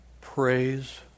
Praise